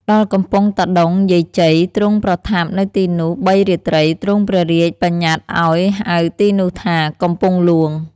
ដល់កំពង់តាដុង យាយជ័យ ទ្រង់ប្រថាប់ នៅទីនោះ ៣ រាត្រី ទ្រង់ព្រះរាជបញ្ញត្តឲ្យហៅទីនោះថា "កំពង់ហ្លួង"